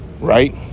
Right